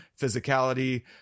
physicality